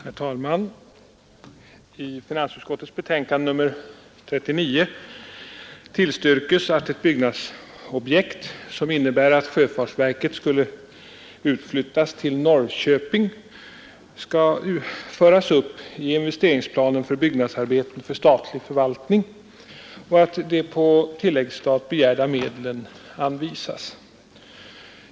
Herr talman! I finansutskottets betänkande nr 39 tillstyrks att ett byggnadsobjekt, som innebär att sjöfartsverket skulle utflyttas till Norrköping, skall föras upp i investeringsplanen för byggnadsarbeten för statlig förvaltning och att de på tilläggsstat begärda medlen anvisas.